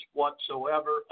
whatsoever